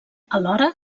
alhora